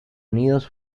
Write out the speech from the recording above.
unidos